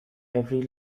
every